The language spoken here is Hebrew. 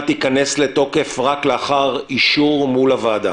תיכנס לתוקף רק לאחר אישור מול הוועדה.